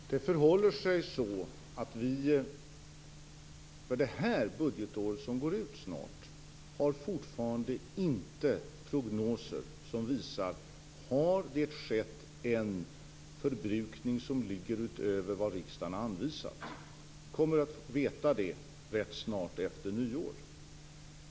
Fru talman! Det förhåller sig så att vi för det budgetår som snart går ut ännu inte har prognoser som visar huruvida det har skett en förbrukning som ligger utöver vad riksdagen har anvisat. Vi kommer att veta det rätt snart efter nyår.